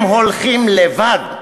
הם הולכים בעצמם.